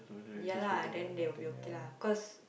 ya lah then they will be okay lah because